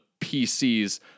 PC's